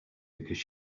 because